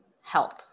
help